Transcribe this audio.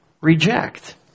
reject